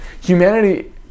Humanity